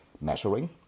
measuring